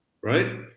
right